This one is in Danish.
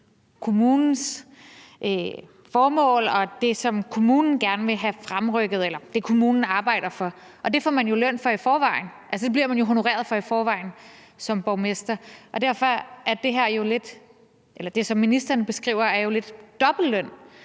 kommunens formål og det, som kommunen gerne vil have fremrykket, eller det, som kommunen arbejder for. Og det får man jo løn for i forvejen, altså, det bliver man honoreret for i forvejen som borgmester. Og derfor er det, ministeren beskriver, jo lidt dobbeltløn.